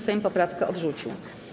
Sejm poprawkę odrzucił.